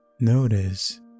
Notice